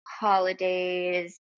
holidays